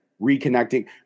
reconnecting